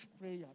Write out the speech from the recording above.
prayer